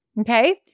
okay